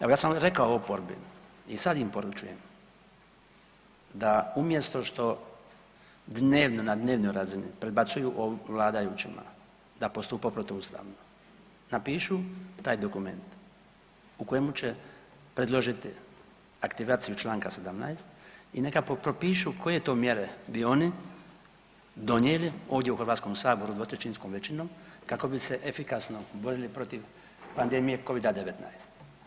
Evo ja sam rekao oporbi i sad im poručujem da umjesto što dnevno, na dnevnoj razini predbacuju vladajućima da postupa protuustavno napišu taj dokument u kojemu će predložiti aktivaciju Članka 17. i neka propišu koje to mjere bi oni donijeli ovdje u Hrvatskom saboru dvotrećinskom većinom kako bi se efikasno borili protiv pandemije Covida-19.